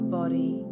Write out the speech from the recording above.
body